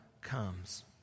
comes